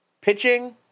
pitching